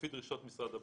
לפי דרישות משרד הבריאות.